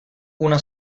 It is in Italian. una